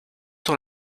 sur